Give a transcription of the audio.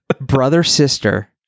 brother-sister